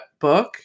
book